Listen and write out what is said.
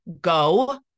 go